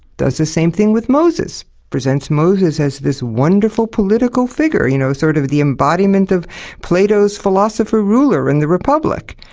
does the same thing with moses presents moses as this wonderful political figure. you know, sort of the embodiment of plato's philosopher-ruler in the republic.